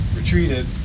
retreated